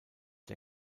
der